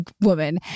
woman